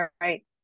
Right